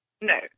No